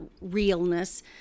realness